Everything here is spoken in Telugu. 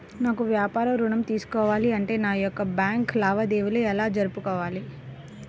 నాకు వ్యాపారం ఋణం తీసుకోవాలి అంటే నా యొక్క బ్యాంకు లావాదేవీలు ఎలా జరుపుకోవాలి?